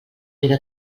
però